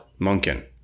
Munkin